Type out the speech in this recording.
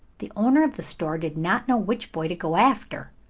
the owner of the store did not know which boy to go after,